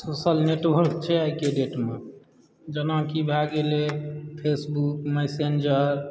social network छै आइके डेटमऽ जेनाकि भए गेलय फेसबुक मैसेन्जर